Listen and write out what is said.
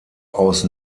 aus